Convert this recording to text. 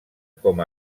com